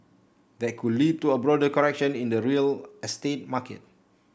that could lead to a broader correction in the real estate market